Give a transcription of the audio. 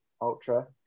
ultra